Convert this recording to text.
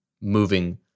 moving